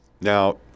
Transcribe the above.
now